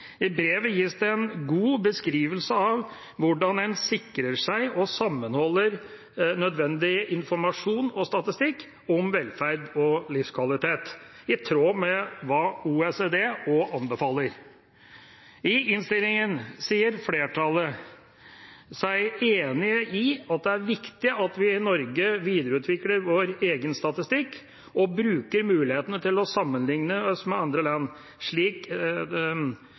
I brevet gis det en god beskrivelse av hvordan en sikrer seg og sammenholder nødvendig informasjon og statistikk om velferd og livskvalitet, i tråd med det OECD anbefaler. I innstillingen sier flertallet seg enig i at «det er viktig at vi i Norge videreutvikler vår egen statistikk og tar i bruk de mulighetene til å sammenlikne oss med andre land